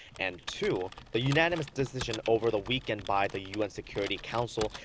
and two the unanimous decision over the weekend by the un security council,